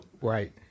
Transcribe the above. right